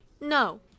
No